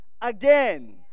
again